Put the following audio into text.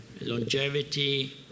longevity